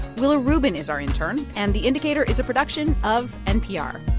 willa rubin is our intern. and the indicator is a production of npr.